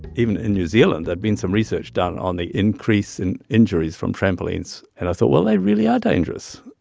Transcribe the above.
even in new zealand there'd been some research done on the increase in injuries from trampolines, and i thought, well, they really are dangerous.